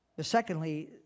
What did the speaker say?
Secondly